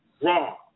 wrong